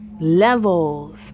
levels